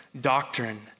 doctrine